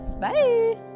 Bye